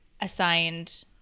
assigned